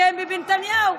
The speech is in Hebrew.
ביבי נתניהו,